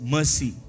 Mercy